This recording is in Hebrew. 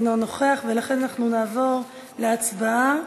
אינו נוכח, ולכן אנחנו נעבור להצבעה